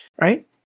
right